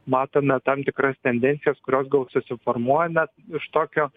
matome tam tikras tendencijas kurios gal susiformuoja net iš tokio